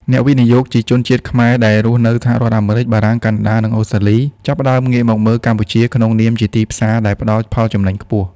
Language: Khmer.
អ្នកវិនិយោគជាជនជាតិខ្មែរដែលរស់នៅសហរដ្ឋអាមេរិក បារាំង កាណាដា និងអូស្ត្រាលី ចាប់ផ្ដើមងាកមកមើលកម្ពុជាក្នុងនាមជាទីផ្សារដែលផ្ដល់ផលចំណេញខ្ពស់។